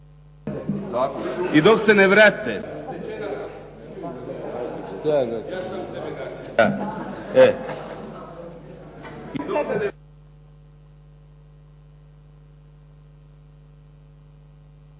I dok se ne vrate